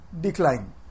decline